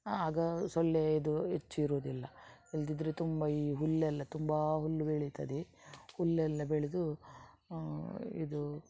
ಆಗ ಸೊಳ್ಳೆ ಇದು ಹೆಚ್ಚಿರುವುದಿಲ್ಲ ಇಲ್ದಿದ್ದರೆ ತುಂಬ ಈ ಹುಲ್ಲೆಲ್ಲ ತುಂಬ ಹುಲ್ಲು ಬೆಳೀತದೆ ಹುಲ್ಲು ಎಲ್ಲ ಬೆಳೆದು ಇದು